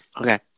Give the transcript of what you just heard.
Okay